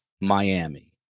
Miami